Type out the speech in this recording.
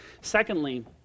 Secondly